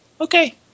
okay